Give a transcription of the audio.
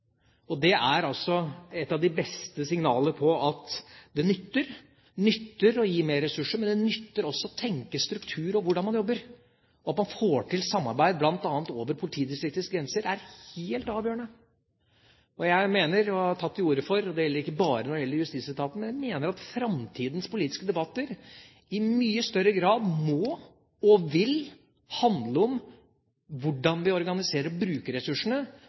Det er et av de beste signalene på at det nytter. Det nytter å gi mer ressurser. Men det nytter også å tenke struktur og hvordan man jobber. At man får til samarbeid bl.a. over politidistrikters grenser, er helt avgjørende. Jeg mener og har tatt til orde for – og det gjelder ikke bare justisetaten – at framtidas politiske debatter i mye større grad må og vil handle om hvordan vi organiserer